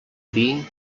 dir